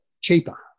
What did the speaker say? cheaper